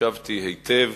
הקשבתי היטב